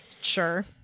Sure